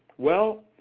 well,